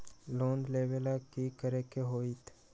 Loan लेवेला की करेके होतई?